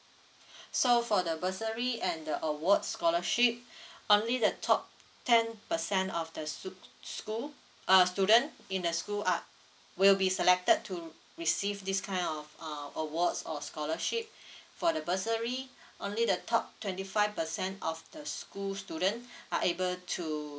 so for the bursary and the award scholarship only the top ten percent of the sc~ school uh student in the school uh will be selected to receive this kind of uh awards or scholarship for the bursary only the top twenty five percent of the school student are able to